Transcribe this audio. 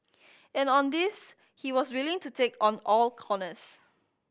and on this he was willing to take on all